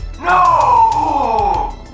no